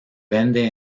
vende